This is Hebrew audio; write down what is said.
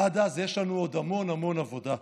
עד אז יש לנו עוד המון המון עבודה.